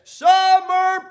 summer